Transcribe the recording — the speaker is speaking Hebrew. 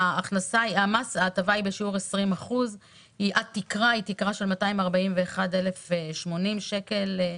ההטבה בשיעור 20% היא עד תקרה של 241,080 שקל.